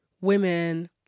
women